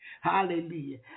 Hallelujah